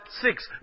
six